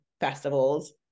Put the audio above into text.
festivals